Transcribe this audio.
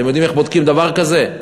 אתם יודעים איך בודקים דבר כזה?